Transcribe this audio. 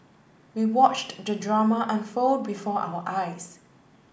we watched the drama unfold before our eyes